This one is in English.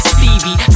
Stevie